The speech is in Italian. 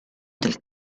del